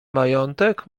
majątek